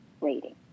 rating